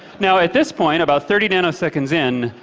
now at this point, about thirty nanoseconds in,